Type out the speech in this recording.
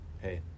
hey